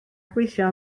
gweithio